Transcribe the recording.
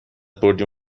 بردیم